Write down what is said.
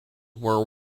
were